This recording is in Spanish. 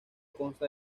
consta